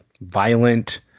violent